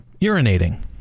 Urinating